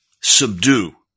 subdue